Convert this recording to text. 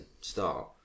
start